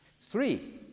Three